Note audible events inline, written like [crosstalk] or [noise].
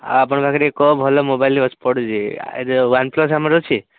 ଆଉ ଆପଣଙ୍କ ପାଖରେ କେଉଁ ଭଲ ମୋବାଇଲ [unintelligible] ପଡ଼ୁଛି ୱାନ୍ପ୍ଲସ୍ ଆମର ଅଛି